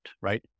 right